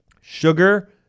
Sugar